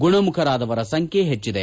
ಗುಣಮುಖರಾದವರ ಸಂಖ್ಣೆ ಹೆಚ್ಚಿದೆ